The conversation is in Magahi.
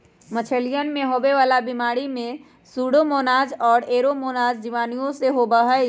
मछलियन में होवे वाला बीमारी में सूडोमोनाज और एयरोमोनास जीवाणुओं से होबा हई